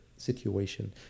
situation